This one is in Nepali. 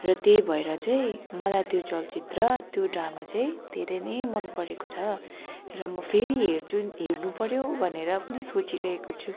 र त्यही भएर चाहिँ मलाई त्यो चलचित्र त्यो ड्रामा चाहिँ धेरै नै मन परेको छ र म फेरि हेर्छु हेर्नु पऱ्यो भनेर पनि सोचिरहेको छु